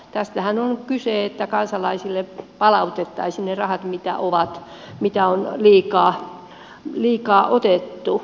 tästähän on kyse että kansalaisille palautettaisiin ne rahat mitä on liikaa otettu